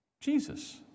Jesus